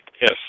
yes